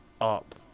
up